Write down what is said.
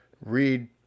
read